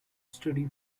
study